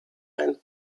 and